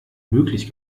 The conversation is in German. möglich